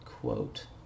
quote